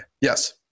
Yes